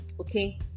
Okay